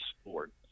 sport